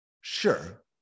sure